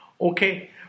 Okay